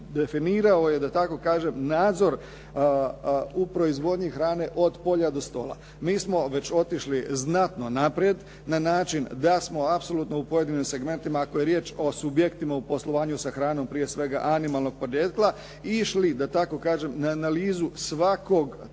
je da tako kažem nadzor u proizvodnji hrane od polja do stola. Mi smo već otišli znatno naprijed na način da smo apsolutno u pojedinim segmentima ako je riječ o subjektima u poslovanju sa hranom prije svega animalnog podrijetla išli da tako kažem